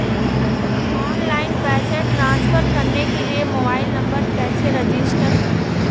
Online पैसे transfer करने के लिए मोबाइल नंबर कैसे रजिस्टर करें?